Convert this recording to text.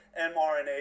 mRNA